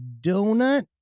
donut